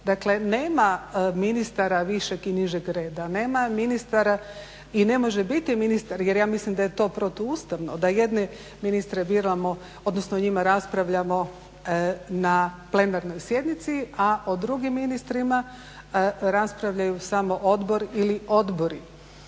Dakle nema ministara višeg i nižeg reda, nema ministara i ne može biti ministar jer ja mislim da je to protuustavno da jedne ministre biramo, odnosno o njima raspravljamo na plenarnoj sjednici, a o drugim ministrima raspravljaju samo odbor ili odbori.